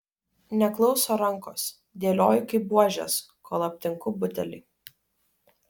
neklauso rankos dėlioju kaip buožes kol aptinku butelį